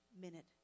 minute